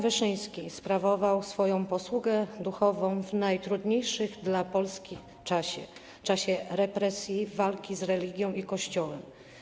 Wyszyński sprawował swoją posługę duchową w najtrudniejszym dla Polski czasie, czasie represji, walki z religią i Kościołem.